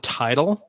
title